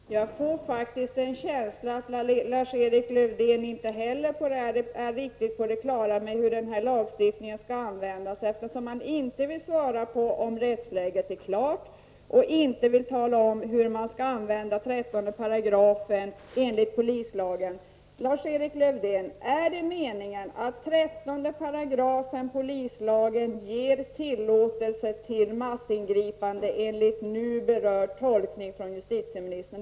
Herr talman! Jag får faktiskt en känsla av att Lars Erik Lövdén inte heller är riktigt på det klara med hur denna lagstiftning skall användas, eftersom han inte vill svara på om rättsläget är klart och inte vill tala om hur man skall använda 13 § polislagen. Lars-Erik Lövdén, är det meningen att 13 § polislagen ger tillåtelse till massingripande enligt nu berörd tolkning från justitieministern?